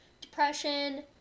depression